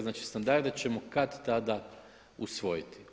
Znači, standarde ćemo kad tada usvojiti.